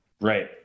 Right